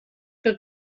que